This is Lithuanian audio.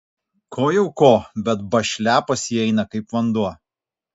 ko jau ko bet bašlia pas jį eina kaip vanduo